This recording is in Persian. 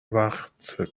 وقت